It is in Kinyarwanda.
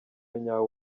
nyawo